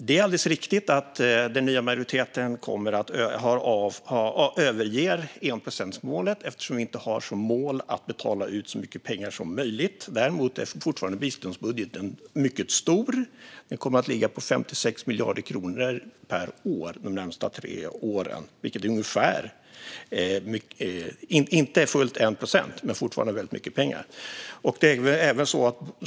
Det är alldeles riktigt att den nya majoriteten överger enprocentsmålet eftersom vi inte har som mål att betala ut så mycket pengar som möjligt. Däremot är biståndsbudgeten fortfarande mycket stor. Den kommer att ligga på 56 miljarder kronor per år de närmaste tre åren. Det är inte fullt en procent, men det är fortfarande väldigt mycket pengar.